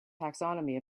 taxonomy